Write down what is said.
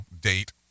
date